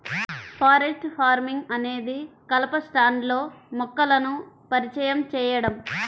forest farming అనేది కలప స్టాండ్లో మొక్కలను పరిచయం చేయడం